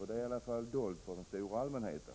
Det är i alla fall dolt för den stora allmänheten.